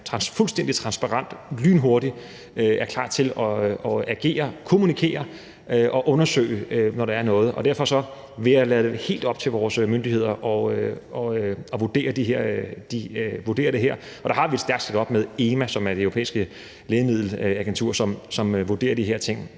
fuldstændig transparent og lynhurtigt er klar til at agere og kommunikere og undersøge, når der er noget. Og derfor vil jeg lade det være helt op til vores myndigheder at vurdere det her. Og der har vi et stærkt setup med EMA, som er Det Europæiske Lægemiddelagentur, som vurderer de her ting,